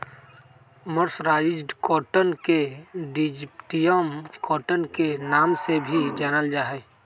mercerised cotton के Egyptian cotton के नाम से भी जानल जा हई